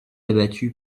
abattu